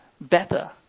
better